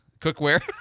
cookware